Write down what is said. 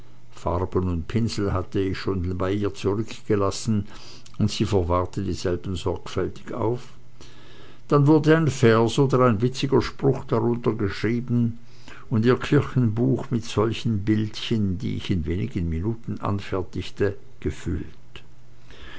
farben und pinsel hatte ich schon bei ihr zurückgelassen und sie verwahrte dieselben sorgfältig dann wurde ein vers oder witziger spruch darunter geschrieben und ihr kirchenbuch mit solchen bildchen die ich in wenigen minuten anfertigte gefüllt